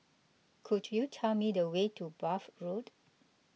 could you tell me the way to Bath Road